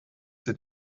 sie